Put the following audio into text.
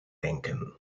denken